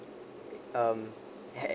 um